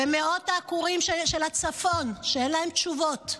ומאות העקורים של הצפון שאין להם תשובות,